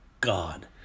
God